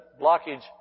blockage